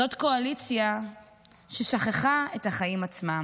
זאת קואליציה ששכחה את החיים עצמם.